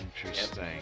Interesting